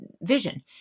vision